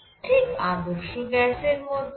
ঠিক আদর্শ গ্যাসের মতই